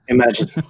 Imagine